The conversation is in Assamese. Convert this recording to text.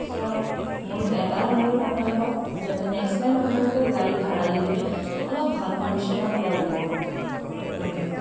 ছ' মোৰ এটাই অনুৰোধ আপোনালোকক যাতে নেক্সট টাইম আপোনালোকে গাড়ী ভাড়ালৈ দিলে অলপ ভাল কণ্ডিশ্যনত গাড়ী দিব ধন্যবাদ